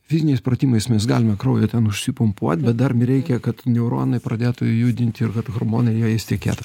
fiziniais pratimais mes galime kraujo ten užsipumpuot bet dar nereikia kad neuronai pradėtų judinti ir kad hormonai jais tekėtų